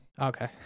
okay